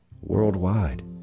worldwide